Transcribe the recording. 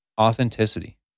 authenticity